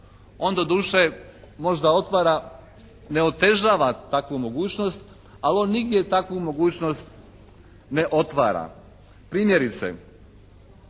On doduše možda otvara, ne otežava takvu mogućnost ali on nigdje takvu mogućnost ne otvara. Primjerice,